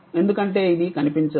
ఎందుకంటే ఇది కనిపించదు